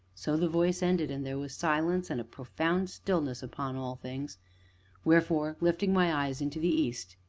so the voice ended, and there were silence and a profound stillness upon all things wherefore, lifting my eyes unto the east,